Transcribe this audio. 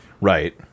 Right